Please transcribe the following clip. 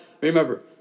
Remember